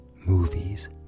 Movies